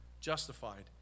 Justified